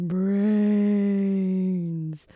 Brains